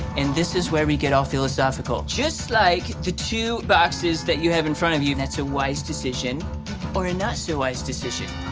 and this is where we get all philosophical. just like the two boxes that you have in front of you, that's a wise decision or a not so wise decision.